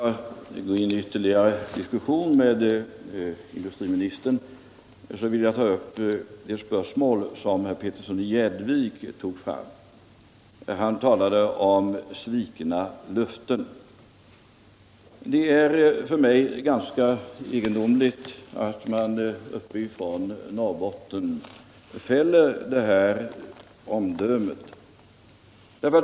Herr talman! Innan jag går in på en diskussion med herr industriministern vill jag gärna ta upp ett spörsmål som herr Petersson i Gäddvik berörde. Han talade om svikna löften. Det är ganska egendomligt att man från Norrbottenshåll fällter ett sådant omdöme.